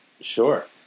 Sure